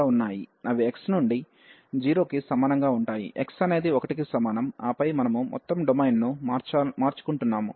అవి x నుండి 0 కి సమానంగా ఉంటాయి x అనేది 1 కి సమానం ఆ పై మనము మొత్తం డొమైన్ను మార్చుకుంటున్నాము